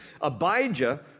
Abijah